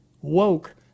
woke